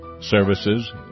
services